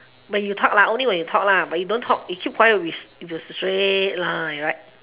when you talk lah only when you talk lah but you don't talk you keep quiet it'll be a straight line right